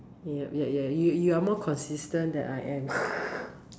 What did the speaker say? yup yup ya ya you are more consistent than I am